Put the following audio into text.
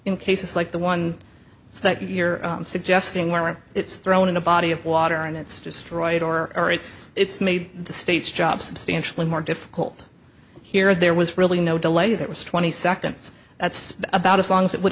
in cases like the one that you're suggesting where it's thrown in a body of water and it's just right or or it's it's made the state's job substantially more difficult here and there was really no delay that was twenty seconds that's about as long as it would